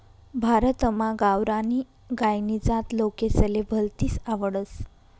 भारतमा गावरानी गायनी जात लोकेसले भलतीस आवडस